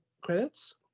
credits